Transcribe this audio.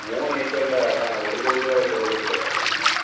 மூணு ஏக்கரில் அதுதான் ஒரு கோடிக்கு கிடைக்கிறது கஷ்டம் தாங்க